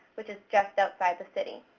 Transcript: which is just outside the city.